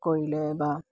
কৰিলে বা